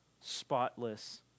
spotless